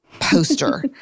poster